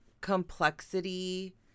complexity